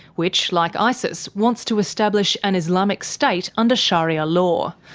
which like isis wants to establish an islamic state under sharia law,